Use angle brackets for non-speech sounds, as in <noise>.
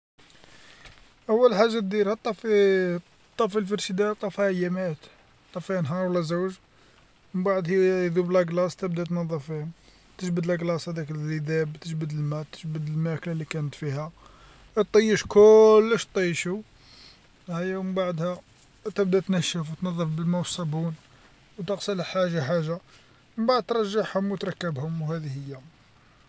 أول حاجة ديرها طفي <hesitation> طفي فريجدار طفيه يمات طفايه نهار ولا جوج، من بعد يذوب الثلج تبدا تنظف فيه، تجبد الثلج هذاك اللي ذايب تجبد الما تجبد الماكلة اللي كانت فيها، اطيش كولش طيشو هيا ومن بعدها تبدا تنشف وتنضف بالما والصابون وتغسله حاجة حاجة، من بعد ترجعهم وتركبهم وهاذي هيا.